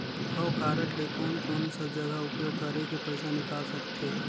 हव कारड ले कोन कोन सा जगह उपयोग करेके पइसा निकाल सकथे?